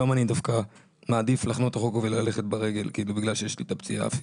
היום אני דווקא מעדיף לחנות וללכת ברגל כי יש לי את הפציעה הפיזית.